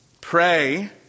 Pray